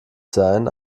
sein